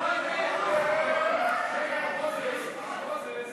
הרבנות הראשית